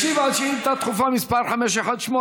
ישיב על שאילתה דחופה מס' 518,